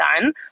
done